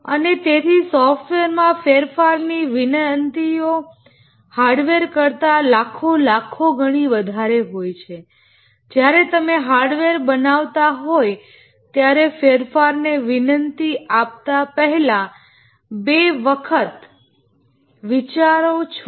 અને તેથી સોફ્ટવેરમાં ફેરફાર ની વિનંતીઓ હાર્ડવેર કરતા લાખો ગણી વધારે હોય છે જ્યારે તમે હાર્ડવેર બનાવતા હોય ત્યારે ફેરફારને વિનંતી આપતા પહેલા બે વખત વિચારો છો